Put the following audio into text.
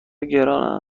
گران